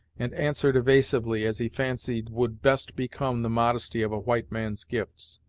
and answered evasively, as he fancied would best become the modesty of a white man's gifts.